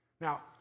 Now